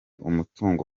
umutungo